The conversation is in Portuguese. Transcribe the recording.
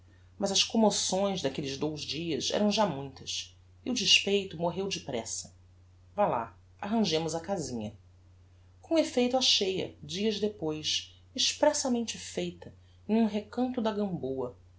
mas as comoções daquelles dous dias eram já muitas e o despeito morreu depressa vá lá arranjemos a casinha com effeito achei-a dias depois expressamente feita em um recanto da gamboa